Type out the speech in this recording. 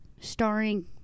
starring